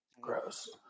gross